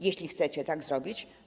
Jeśli chcecie tak zrobić.